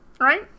right